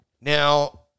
Now